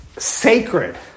sacred